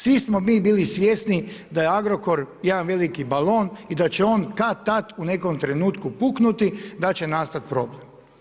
Svi smo mi bili svjesni da je Agrokor jedan veliki balon i da će on kad-tad u nekom trenutku puknuti i da će nastat problem.